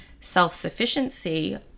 self-sufficiency